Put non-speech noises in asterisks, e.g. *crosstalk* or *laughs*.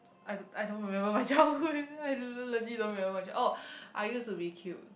I don't I don't remember my childhood *laughs* I legit don't remember much oh I used to be cute